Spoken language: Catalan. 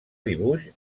dibuix